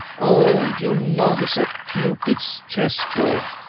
oh, you novice at cupid's chess-board!